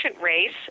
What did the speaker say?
race